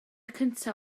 cyntaf